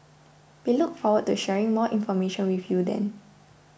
we look forward to sharing more information with you then